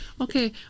Okay